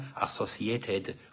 associated